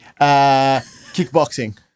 kickboxing